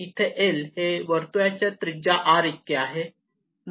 इथे l हे वर्तुळाच्या त्रिज्या r इतके आहे